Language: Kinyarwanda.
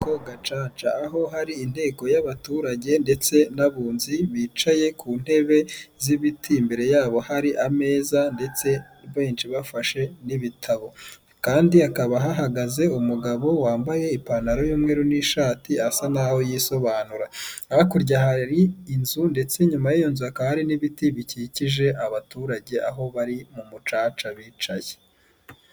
Inkiko Gacaca, aho ari inteko y'abaturage ndetse n'abunzi bicaye ku ntebe z'ibiti imbere yabo hari ameza ndetse benshi bafashe n'ibitabo kandi hakaba hahagaze umugabo wambaye ipantaro y'umweru n'ishati asa naho yisobanura, hakurya hari inzu ndetse inyuma yiyo inzu hakaba hari n'ibiti bikikije abaturage aho bari mu mucaca bicaye.